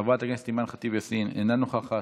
חברת הכנסת אימאן ח'טיב יאסין, אינה נוכחת.